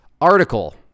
article